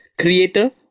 creator